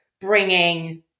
bringing